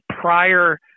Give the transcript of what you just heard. prior